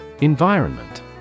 Environment